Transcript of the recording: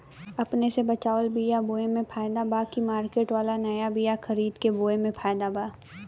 अपने से बचवाल बीया बोये मे फायदा बा की मार्केट वाला नया बीया खरीद के बोये मे फायदा बा?